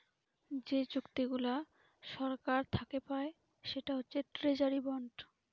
যে চুক্তিগুলা সরকার থাকে পায় সেটা হচ্ছে ট্রেজারি বন্ড